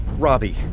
Robbie